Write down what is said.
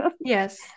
yes